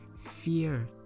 fear